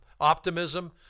optimism